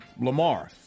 Lamar